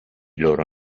loro